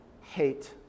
hate